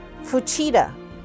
Fuchida